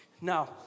Now